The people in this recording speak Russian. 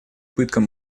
пыткам